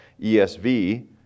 ESV